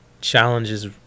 challenges